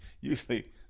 usually